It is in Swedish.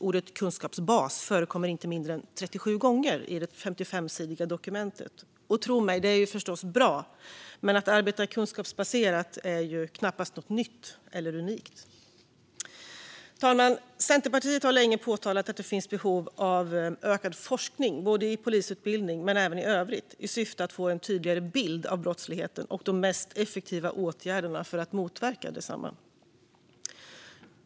Ordet kunskapsbas förekommer inte mindre än 37 gånger i det 55-sidiga dokumentet. Tro mig, det är förstås bra. Men att arbeta kunskapsbaserat är knappast något nytt eller unikt. Herr talman! Centerpartiet har länge påpekat att det finns behov av ökad forskning i polisutbildningen men även i övrigt i syfte att få en tydligare bild av brottsligheten och de mest effektiva åtgärderna för att motverka densamma.